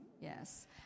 Yes